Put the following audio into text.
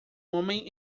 homem